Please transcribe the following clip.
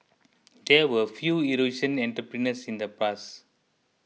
there were few Eurasian entrepreneurs in the past